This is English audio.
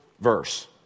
verse